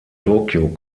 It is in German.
tokio